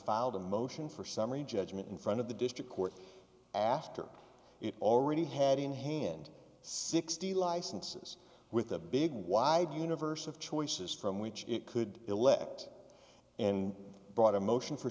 filed a motion for summary judgment in front of the district court after it already had in hand sixty licenses with a big wide universe of choices from which it could elect and brought a motion for